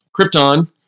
Krypton